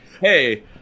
hey